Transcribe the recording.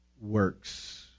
works